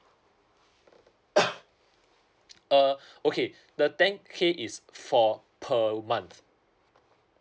uh okay the then K is for per month